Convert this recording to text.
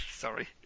Sorry